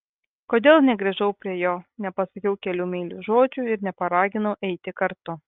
kodėl negrįžau prie jo nepasakiau kelių meilių žodžių ir neparaginau eiti kartu